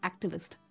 activist